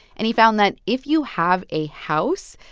and he found that if you have a house,